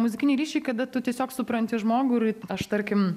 muzikinį ryšį kada tu tiesiog supranti žmogų aš tarkim